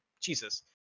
jesus